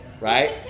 right